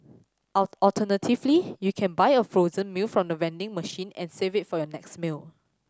all alternatively you can buy a frozen meal from the vending machine and save it for your next meal